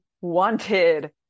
wanted